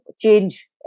change